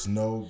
no